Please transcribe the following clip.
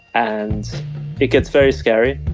and it gets very scary